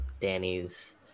Danny's